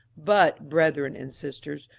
but, brethren and sisters,